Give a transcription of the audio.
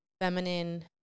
feminine